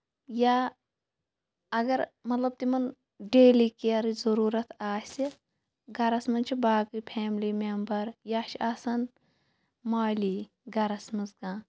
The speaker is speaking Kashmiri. یا اَگر مطلب تِمَن ڈیلی کیرٕچ ضٔروٗرت آسہِ گَرَس منٛز چھِ باقٕے فیملی مٮ۪مبَر یا چھِ آسان مالی گَرَس منٛز کانٛہہ